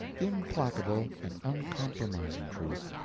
implacable and uncompromising truth,